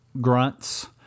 grunts